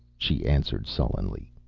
she answered sullenly.